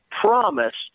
promised